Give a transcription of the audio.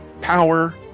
power